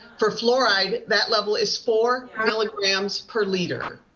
for fluoride, that level is four milligrams per liter.